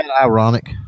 ironic